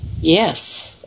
Yes